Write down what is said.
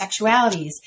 sexualities